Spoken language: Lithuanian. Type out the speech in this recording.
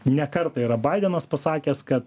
ne kartą yra baidenas pasakęs kad